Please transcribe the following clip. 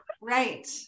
Right